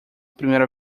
primeira